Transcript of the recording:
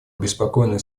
обеспокоены